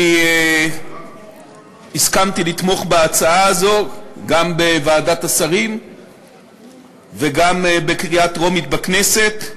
אני הסכמתי לתמוך בהצעה הזו גם בוועדת השרים וגם בקריאה טרומית בכנסת.